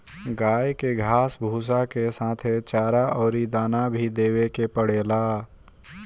गाई के घास भूसा के साथे चारा अउरी दाना भी देवे के पड़ेला